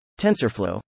TensorFlow